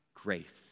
grace